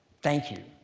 thank you,